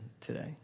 today